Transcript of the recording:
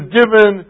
given